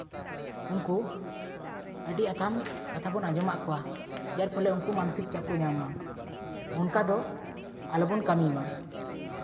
ᱩᱱᱠᱩ ᱟᱹᱰᱤ ᱟᱛᱷᱟᱢ ᱠᱟᱛᱷᱟ ᱵᱚᱱ ᱟᱸᱡᱚᱢᱟᱜ ᱠᱚᱣᱟ ᱡᱟᱨ ᱯᱷᱚᱞᱮ ᱩᱱᱠᱩ ᱢᱟᱱᱚᱥᱤᱠ ᱪᱟᱯ ᱠᱚ ᱧᱟᱢᱟ ᱚᱱᱠᱟ ᱫᱚ ᱟᱞᱚ ᱵᱚᱱ ᱠᱟᱹᱢᱤ ᱢᱟ